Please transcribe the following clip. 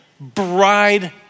Bride